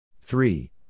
three